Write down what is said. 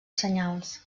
senyals